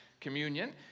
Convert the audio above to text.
communion